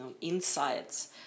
insights